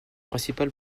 principal